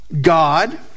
God